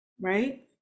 Right